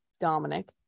Dominic